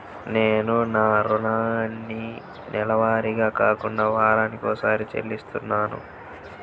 నేను నా రుణాన్ని నెలవారీగా కాకుండా వారానికోసారి చెల్లిస్తున్నాను